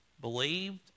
Believed